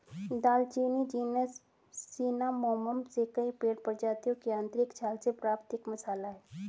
दालचीनी genus Cinnamomum से कई पेड़ प्रजातियों की आंतरिक छाल से प्राप्त एक मसाला है